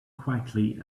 quietly